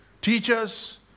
teachers